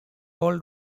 all